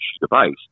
device